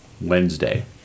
Wednesday